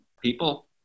people